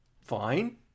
fine